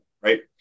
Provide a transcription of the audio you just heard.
right